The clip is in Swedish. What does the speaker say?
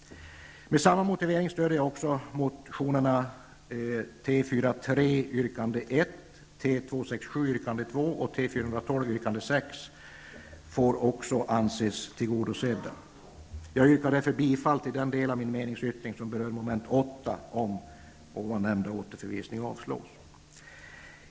Med samma motivering stöder jag också motionerna T434 yrkande 1, T267 yrkande 2 och T412 yrkande 6. Jag yrkar därför bifall till den del av min meningsyttring som berör mom. 8, om återförvisningen avslås.